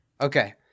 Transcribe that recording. Okay